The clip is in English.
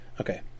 Okay